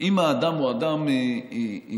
אם האדם הוא אדם מושחת,